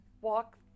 walk